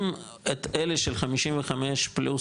אם אלה של 55 פלוס,